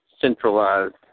centralized